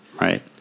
right